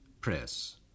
press